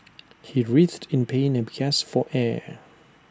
he writhed in pain and gasped for air